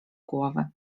głowy